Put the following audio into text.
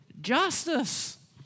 justice